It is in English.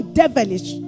devilish